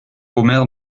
omer